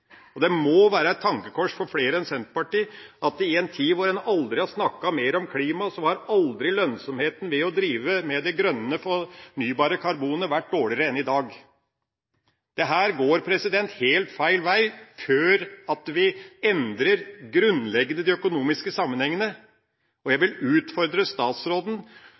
karbonet. Det må være et tankekors for flere enn Senterpartiet at i en tid hvor en aldri har snakket mer om klima, har aldri lønnsomheten med å drive med det grønne fornybare karbonet vært dårligere enn i dag. Dette går helt feil vei om vi ikke endrer de grunnleggende økonomiske sammenhengene. Jeg vil utfordre statsråden